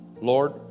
Lord